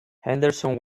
henderson